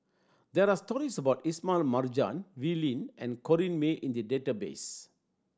there are stories about Ismail Marjan Wee Lin and Corrinne May in the database